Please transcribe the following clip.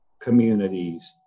communities